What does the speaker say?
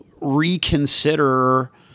reconsider